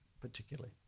particularly